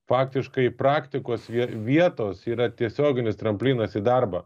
faktiškai praktikos vietos yra tiesioginis tramplinas į darbą